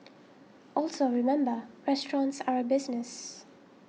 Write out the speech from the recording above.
also remember restaurants are a business